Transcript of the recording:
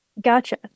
Gotcha